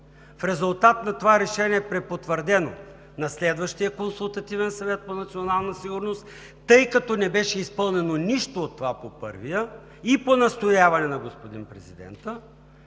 В резултат на това решение, препотвърдено на следващия Консултативен съвет по национална сигурност, тъй като не беше изпълнено нищо от това по първия, и по настояване на господин президента